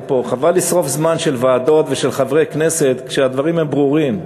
חבל לשרוף זמן של ועדות ושל חברי כנסת כשהדברים הם ברורים.